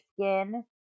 skin